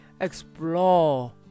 explore